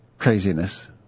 Craziness